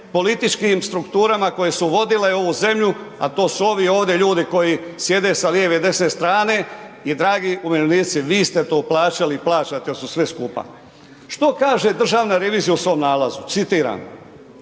političkim strukturama koje su vodile ovu zemlju, a to su ovi ovdje ljudi koji sjede sa lijeve i desne strane i dragi umirovljenici, vi ste to plaćali i plaćate odnosno svi skupa. Što kaže državna revizija u svom nalazu? Citiram,